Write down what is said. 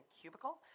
cubicles